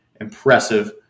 impressive